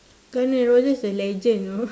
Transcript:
guns and roses is a legend know